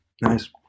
Nice